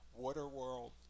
Waterworld